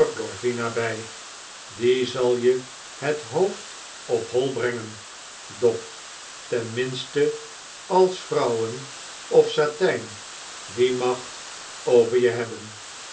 bij die zal je het hoofd op hoi brengen dob ten minste als vrouwen of satijn die macht over je hebben